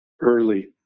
Early